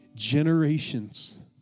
generations